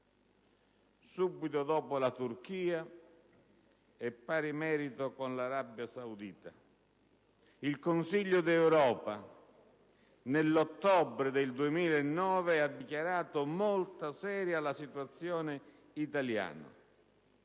subito dopo la Turchia e a pari merito con l'Arabia Saudita. Il Consiglio d'Europa nell'ottobre 2009 ha dichiarato molto seria la situazione italiana.